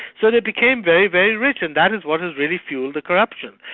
so they became very, very rich, and that is what has really fuelled the corruption.